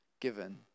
given